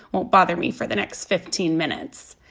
won't bother me for the next fifteen minutes.